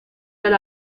del